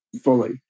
fully